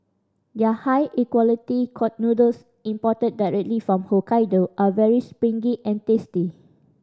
their high equality noodles imported directly from Hokkaido are very springy and tasty